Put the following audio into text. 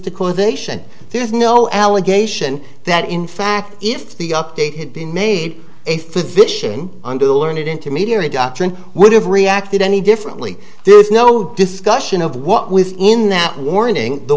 shed there's no allegation that in fact if the update had been made a physician under the learned intermediary doctrine would have reacted any differently there's no discussion of what within that warning the